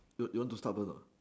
you you want to start first or not